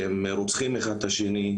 שהם רוצחים אחד את השני,